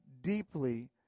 deeply